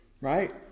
right